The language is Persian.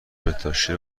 بهداشتی